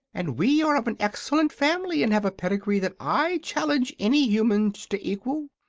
and we are of an excellent family and have a pedigree that i challenge any humans to equal,